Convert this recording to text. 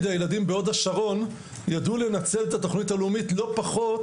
הילדים בהוד השרון ידעו לנצל את התכנית הלאומית לא פחות